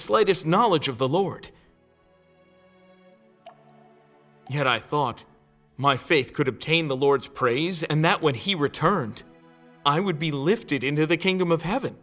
slightest knowledge of the lowered yet i thought my faith could obtain the lord's praise and that when he returned i would be lifted into the kingdom of h